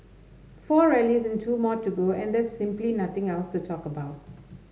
four rallies and two more to go and there is simply nothing else to talk about